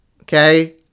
okay